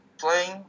playing